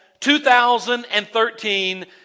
2013